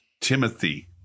Timothy